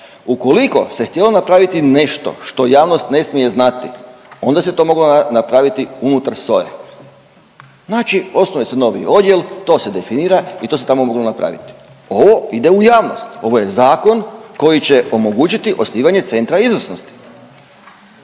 Ukoliko se htjelo napraviti nešto što javnost ne smije znati, onda se to moglo napraviti unutar SOA-e. Znači osnuje se novi odjel, to se definira i to se tamo moglo napraviti. Ovo ide u javnost. Ovo je zakon koji će omogućiti osnivanje Centra izvrsnosti,